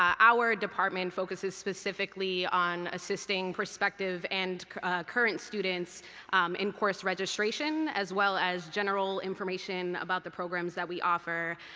our department focuses specifically on assisting prospective and current students in course registration, as well as general information about the programs that we offer.